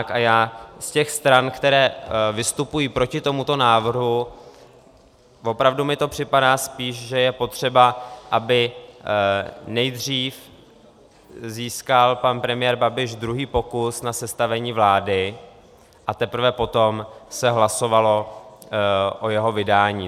A já z těch stran, které vystupují proti tomuto návrhu opravdu mi to připadá spíš, že je potřeba, aby nejdřív získal pan premiér Babiš druhý pokus na sestavení vlády, a teprve potom se hlasovalo o jeho vydání.